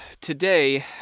today